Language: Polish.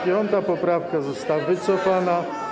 5. poprawka została wycofana.